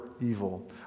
evil